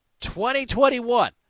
2021